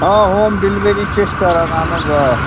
آ home delivery چھِ أسۍ کران اَہَن حظ آ